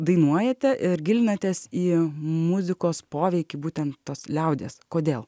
dainuojate ir gilinatės į muzikos poveikį būtent tos liaudies kodėl